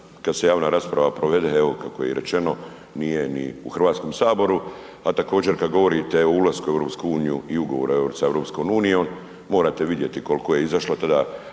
kad se javna rasprava provede, evo kako je i rečeno, nije ni u HS, a također kad govorite o ulasku u EU i ugovora sa EU, morate vidjeti koliko je izašlo tada